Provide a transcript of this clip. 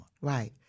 Right